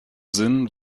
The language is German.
sinn